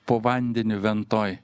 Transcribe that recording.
po vandeniu ventoj